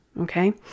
Okay